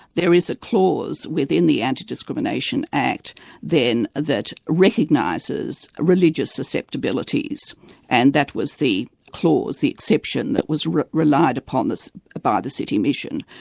there is a clause within the anti-discrimination act then that recognises religious susceptibilities and that was the clause, the exception that was relied upon by the city mission,